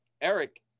Eric